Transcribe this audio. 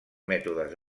mètodes